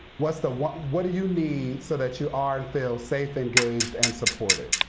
what's the what what do you need so that you are and feel safe, engaged, and supported?